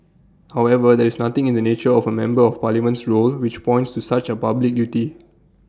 however there is nothing in the nature of A member of Parliament's role which points to such A public duty